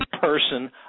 person